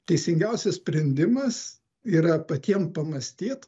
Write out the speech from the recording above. teisingiausias sprendimas yra patiem pamąstyt